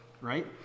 Right